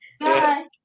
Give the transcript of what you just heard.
Bye